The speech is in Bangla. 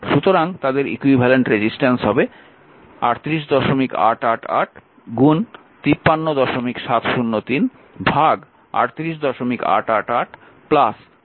সুতরাং তাদের ইকুইভ্যালেন্ট রেজিস্ট্যান্স হবে 38888 53703 38888 53703